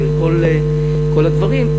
וכל הדברים.